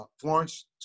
Florence